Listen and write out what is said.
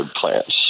plants